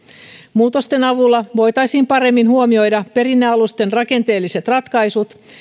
muutosten avulla voitaisiin paremmin huomioida perinne alusten rakenteelliset ratkaisut